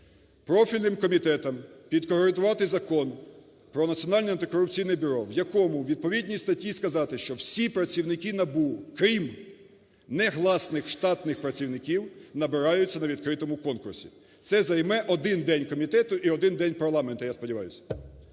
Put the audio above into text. Профільним комітетам підкоректувати Закон про Національне антикорупційне бюро, в якому у відповідній статті сказати, що всі працівники НАБУ, крім не гласних штатних працівників, набираються на відкритому конкурсі. Це займе один день комітету і один день парламенту, я сподіваюся.